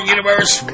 Universe